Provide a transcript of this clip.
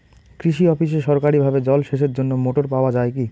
কৃষি অফিসে সরকারিভাবে জল সেচের জন্য মোটর পাওয়া যায় কি?